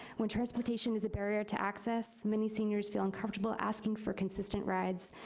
when transportation was a barrier to access, many seniors feel uncomfortable asking for consistent rides,